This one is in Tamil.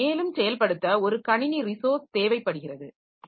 அதனை மேலும் செயல்படுத்த ஒரு கணினி ரிசோர்ஸ் தேவைப்படுகிறது